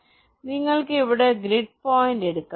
അതിനാൽ നിങ്ങൾക്ക് ഇവിടെ ഗ്രിഡ് പോയിന്റ് എടുക്കാം